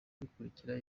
bikurikira